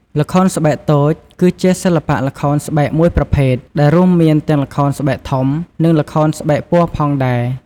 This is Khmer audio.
ល្ខោនស្បែកតូច គឺជាសិល្បៈល្ខោនស្បែកមួយប្រភេទ ដែលរួមមានទាំងល្ខោនស្បែកធំ និងល្ខោនស្បែកពណ៌ផងដែរ។